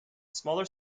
smaller